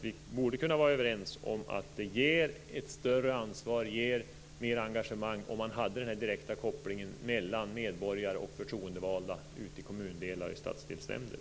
Vi borde kunna vara överens om att det ger ett större ansvar och främjar ett större engagemang om man hade en direkt koppling mellan väljare och förtroendevalda i kommundelar och stadsdelsnämnder.